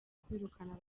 kwirukana